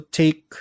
take